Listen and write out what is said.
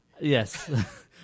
yes